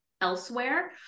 elsewhere